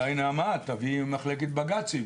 נעמה, אולי תביאי ממחלקת בג"צים